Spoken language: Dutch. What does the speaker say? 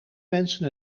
mensen